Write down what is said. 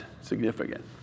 Significant